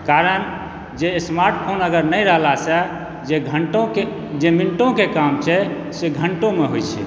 कारण जे smart phone अगर नहि रहला सॅं जे घंटो के जे मिनटो के काम छै से घंटो मे होइ छै